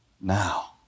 now